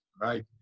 right